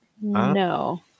no